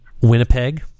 Winnipeg